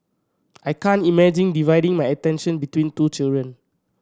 I can't imagine dividing my attention between two children